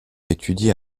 étudie